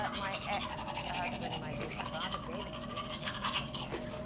but my ex-husband, my daughter's father, gave it to me for christmas one year.